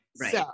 right